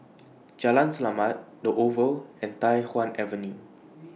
Jalan Selamat The Oval and Tai Hwan Avenue